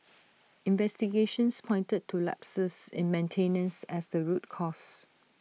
investigations pointed to lapses in maintenance as the root cause